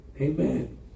Amen